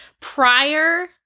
prior